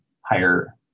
higher